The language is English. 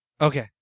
Okay